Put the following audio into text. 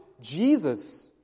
Jesus